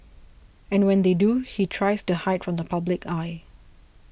and when they do he tries to hide from the public eye